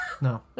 No